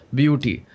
beauty